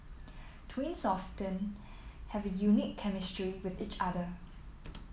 twins often have a unique chemistry with each other